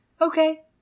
Okay